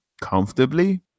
comfortably